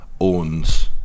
owns